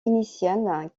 initiale